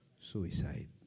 Suicide